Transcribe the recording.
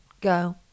go